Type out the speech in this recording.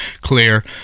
clear